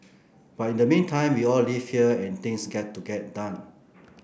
but in the meantime we all live here and things get to get done